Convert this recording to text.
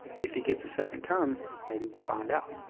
if he gets a second term, maybe we'll find out.